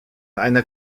einer